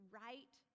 right